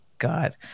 god